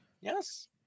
Yes